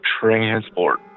transport